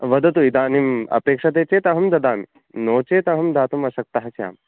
वदतु इदानीम् अपेक्ष्यते चेत् अहं ददामि नो चेत् अहं दातुम् अशक्तः स्याम्